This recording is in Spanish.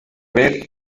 ver